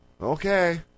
okay